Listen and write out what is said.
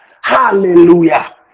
Hallelujah